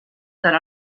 tard